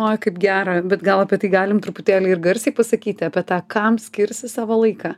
oi kaip gera bet gal apie tai galim truputėlį ir garsiai pasakyti apie tą kam skirsi savo laiką